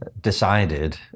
decided